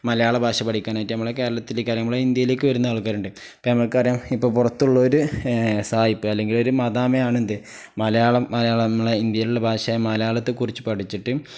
മലയാള ഭാഷ പഠിക്കാനായിട്ട് നമ്മളെ കേരളത്തിലേക്ക് നമ്മളെ ഇന്ത്യയിലേക്ക് വരുന്ന ആൾക്കാരുണ്ട് ഇപ്പ നമ്മൾക്ക് അറിയാം ഇപ്പം പുറത്തുള്ള ഒരു സായിപ്പ് അല്ലെങ്കിൽ ഒരു മദാമ്മ ആണിന്ത് മലയാളം മലയാളം നമ്മളെ ഇന്ത്യയിലുള്ള ഭാഷയ മലയാളത്തെക്കുറിച്ച് പഠിച്ചിട്ട്